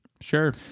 Sure